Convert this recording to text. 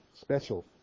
special